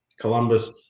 Columbus